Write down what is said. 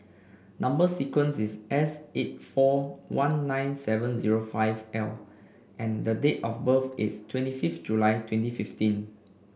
number sequence is S eight four one nine seven zero five L and date of birth is twenty fifth July twenty fifteen